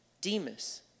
Demas